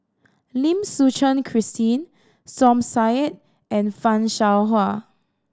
Lim Suchen Christine Som Said and Fan Shao Hua